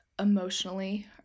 emotionally